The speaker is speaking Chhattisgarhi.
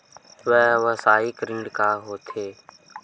व्यवसायिक ऋण का होथे?